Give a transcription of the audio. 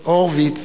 הורוביץ,